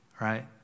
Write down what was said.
right